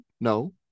no